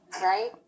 right